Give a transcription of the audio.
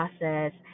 process